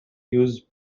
use